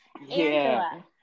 Angela